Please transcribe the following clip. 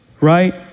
right